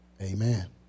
Amen